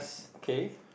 K